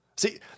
See